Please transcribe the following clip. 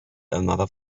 another